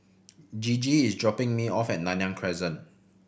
Gigi is dropping me off at Nanyang Crescent